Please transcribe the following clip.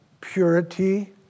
purity